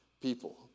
people